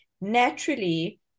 naturally